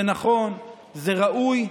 זה נכון, זה ראוי.